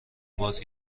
باز